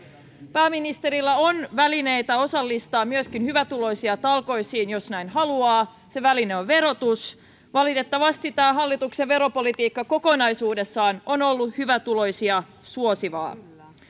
pääministerillä on välineitä osallistaa myöskin hyvätuloisia talkoisiin jos näin haluaa se väline on verotus valitettavasti tämä hallituksen veropolitiikka kokonaisuudessaan on ollut hyvätuloisia suosivaa